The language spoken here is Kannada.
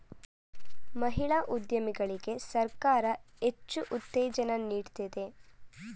ಮಹಿಳಾ ಉದ್ಯಮಿಗಳಿಗೆ ಸರ್ಕಾರ ಹೆಚ್ಚು ಉತ್ತೇಜನ ನೀಡ್ತಿದೆ